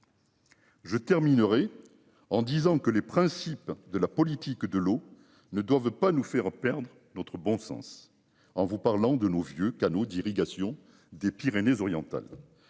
Je terminerai en disant que les principes de la politique de l'eau ne doivent pas nous faire perdre notre bon sens en vous parlant de nos vieux canaux d'irrigation des Pyrénées-Orientales